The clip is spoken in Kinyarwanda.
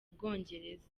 bwongereza